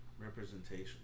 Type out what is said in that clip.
Representation